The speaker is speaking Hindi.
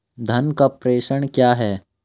धन का प्रेषण क्या है?